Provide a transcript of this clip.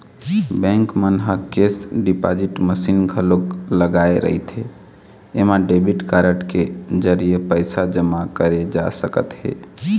bank मन ह cash deposit machine घलोक लगाए रहिथे एमा डेबिट कारड के जरिए पइसा जमा करे जा सकत हे